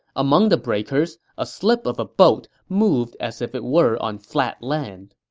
among the breakers, a slip of a boat moved as if it were on flat land.